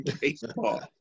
baseball